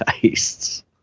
tastes